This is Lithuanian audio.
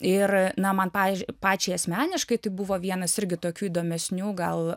ir na man pavyzdžiui pačiai asmeniškai tai buvo vienas irgi tokių įdomesnių gal